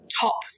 top